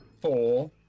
four